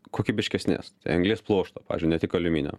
kokybiškesnės tai anglies pluošto pavyzdžiui ne tik aliuminio